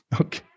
Okay